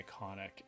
iconic